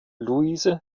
luise